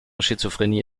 schizophrenie